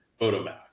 photomath